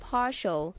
Partial